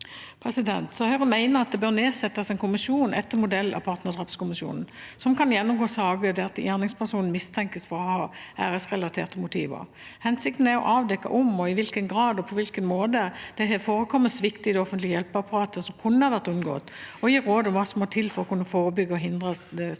utbredt. Høyre mener at det bør nedsettes en kommisjon etter modell av partnerdrapskommisjonen som kan gjennomgå saker der gjerningspersonen mistenkes for å ha æresrelaterte motiver. Hensikten er å avdekke om, i hvilken grad og på hvilken måte det har forekommet svikt i det offentlige hjelpeapparatet som kunne ha vært unngått, og gi råd om hva som må til for å kunne forebygge og hindre at